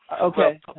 Okay